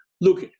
Look